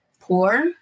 poor